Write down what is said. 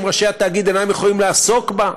שהם ראשי התאגיד אינם יכולים לעסוק בה.